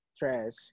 trash